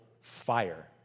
fire